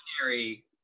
binary